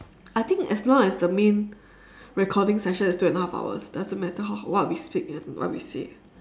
I think as long as the main recording session is two and half hours doesn't matter how what we speak and what we say